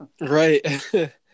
Right